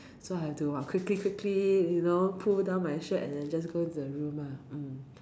so I have to !wah! quickly quickly you know pull down my shirt and then just go in to the room lah mm